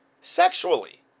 sexually